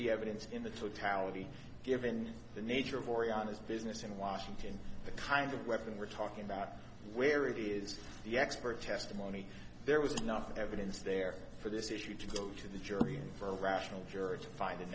the evidence in the totality given the nature of boreanaz business in washington the kind of weapon we're talking about where it is the expert testimony there was enough evidence there for this issue to go to the jury and for a rational jury to find the